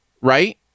Right